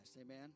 Amen